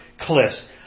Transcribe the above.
cliffs